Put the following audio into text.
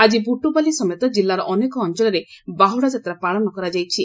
ଆଜି ବୃଟ୍ପାଲି ସମତେ ଜିଲାର ଅନେକ ଅଞ୍ଚଳରେ ବାହୁଡା ଯାତ୍ରା ପାଳନ କରାଯାଇଛି